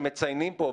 שמציינים פה,